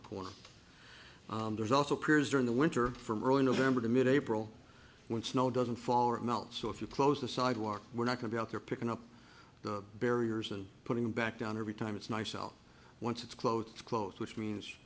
the corner there's also piers during the winter from early november to mid april when snow doesn't fall or melt so if you close the sidewalk we're not going to out there picking up the barriers and putting them back down every time it's nice out once it's close to close which means